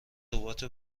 ربات